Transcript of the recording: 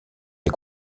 les